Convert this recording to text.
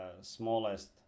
smallest